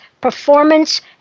performance